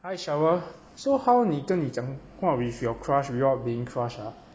hi shower so how 你跟你讲话 with your crush without being crushed ah